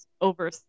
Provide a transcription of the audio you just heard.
over